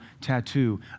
tattoo